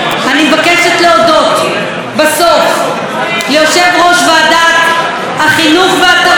אני מבקשת להודות בסוף ליושב-ראש ועדת החינוך והתרבות